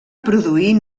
produir